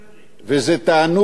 את זה אנחנו יודעים.